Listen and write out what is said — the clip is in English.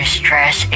stress